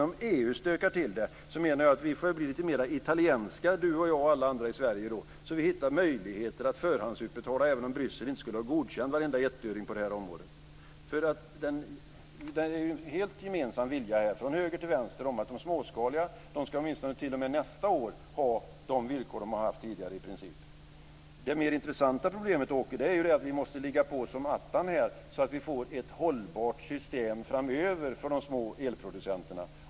Om EU stökar till det får vi väl i Sverige bli lite mer italienska, Åke Sandström, så att vi hittar möjligheter att förhandsutbetala även om Bryssel inte skulle ha godkänt varenda ettöring på det här området. Det är en gemensam vilja från höger till vänster att de småskaliga företagen åtminstone t.o.m. nästa år ska ha i princip de villkor som de har haft tidigare. Det mer intressanta problemet är att vi måste ligga på som attan för att få ett hållbart system framöver för de små elproducenterna.